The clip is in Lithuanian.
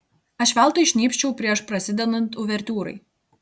aš veltui šnypščiau prieš prasidedant uvertiūrai